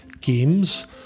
games